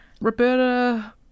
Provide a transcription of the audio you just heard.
Roberta